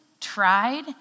tried